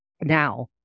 now